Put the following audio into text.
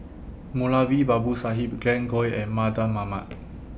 Moulavi Babu Sahib Glen Goei and Mardan Mamat